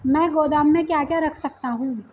मैं गोदाम में क्या क्या रख सकता हूँ?